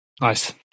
Nice